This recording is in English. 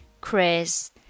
Chris